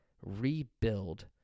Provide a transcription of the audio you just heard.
rebuild